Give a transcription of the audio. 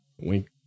Wink